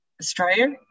Australia